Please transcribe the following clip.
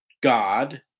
God